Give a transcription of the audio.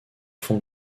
fond